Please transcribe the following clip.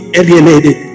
alienated